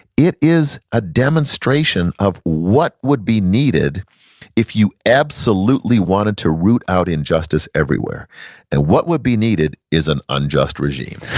it is a demonstration of what would be needed if you absolutely wanted to root out injustice everywhere and what would be needed is an unjust regime.